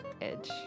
edge